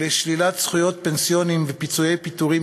לשלילת זכויות פנסיוניות ופיצויי פיטורים